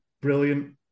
brilliant